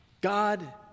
God